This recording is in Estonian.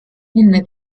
enne